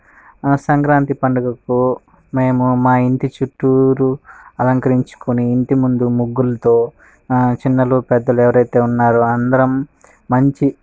సంక్రాంతి పండుగకు మేము మా ఇంటి చుట్టు అలంకరించుకుని ఇంటి ముందు ముగ్గులతో చిన్నపెద్ద ఎవరైతే ఉన్నారో అందరం మంచి